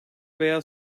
veya